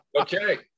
okay